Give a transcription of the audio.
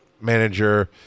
manager